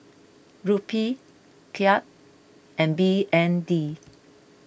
Rupee Kyat and B N D